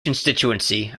constituency